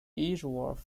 edgeworth